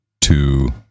two